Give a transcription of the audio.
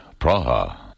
Praha